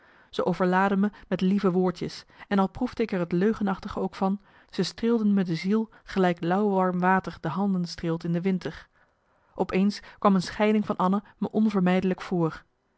ze overlaadde me met lieve woordjes en al proefde ik er het leugenachtige ook van ze streelden me de ziel gelijk lauw warm water de handen streelt in de winter op eens kwam een scheiding van anna me onvermijdelijk voor